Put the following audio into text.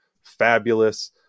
fabulous